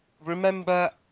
remember